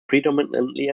predominately